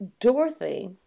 Dorothy